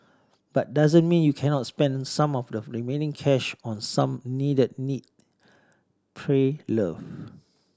but doesn't mean you cannot spend some of the remaining cash on some needed need pray love